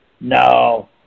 No